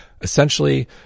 Essentially